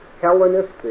Hellenistic